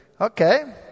Okay